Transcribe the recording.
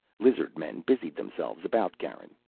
lizard-men busied themselves about garin,